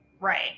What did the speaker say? Right